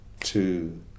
two